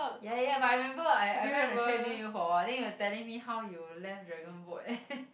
ya ya ya but I remember I I ran on the thread mill with you for awhile then you were telling me how you left dragon boat